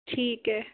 ठीक है